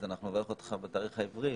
אנחנו נוכל לעשות לך בתאריך העברי,